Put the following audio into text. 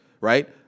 Right